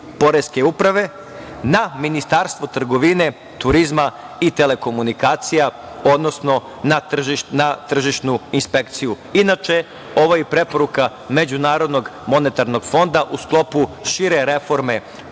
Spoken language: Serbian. poreske uprava na Ministarstvo trgovine, turizma i telekomunikacija, odnosno na tržišnu inspekciju. Inače, ovo je preporuka Međunarodnog monetarnog fonda u sklopu šire reforme